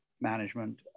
management